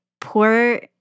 poor